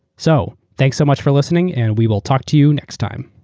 so thanks so much for listening and we will talk to you next time.